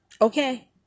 Okay